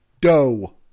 Doe